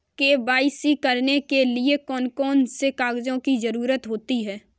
KYC करने के लिए कौन कौन से कागजों की जरूरत होती है?